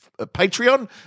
Patreon